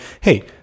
hey